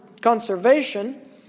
conservation